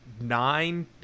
nine